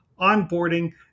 onboarding